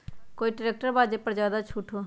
कोइ ट्रैक्टर बा जे पर ज्यादा छूट हो?